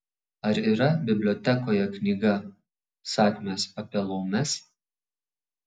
ar yra bibliotekoje knyga sakmės apie laumes